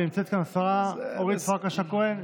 ונמצאת כאן השרה אורית פרקש הכהן,